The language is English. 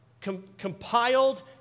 compiled